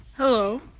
Hello